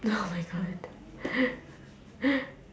oh my god